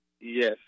Yes